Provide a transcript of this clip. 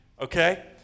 okay